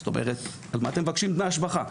זאת אומרת על מה אתם מדברים דמי השבחה?